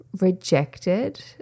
rejected